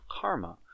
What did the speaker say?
karma